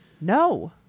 No